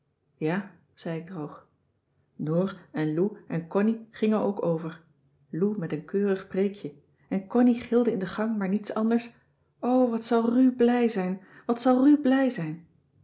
ja zei ik droog noor en lou en connie gingen ook over lou met een keurig preekje en connie gilde in de gang maar niets anders o wat zal ru blij zijn wat zal ru blij zijn